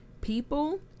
people